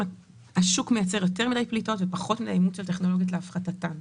השוק מייצר יותר מדי פליטות ופחות מידי אימוץ של טכנולוגיות להפחתתן.